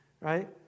Right